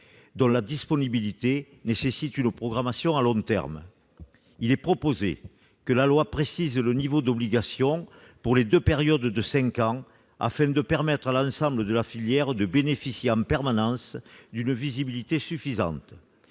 dont la disponibilité doit faire l'objet d'une programmation à long terme. Il est proposé que la loi précise le niveau d'obligations pour deux périodes de cinq ans, afin de permettre à l'ensemble de la filière de bénéficier en permanence d'une visibilité suffisante.